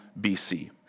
BC